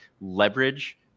leverage